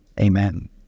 Amen